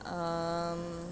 um